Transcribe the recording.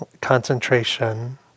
concentration